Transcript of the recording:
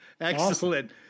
Excellent